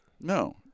No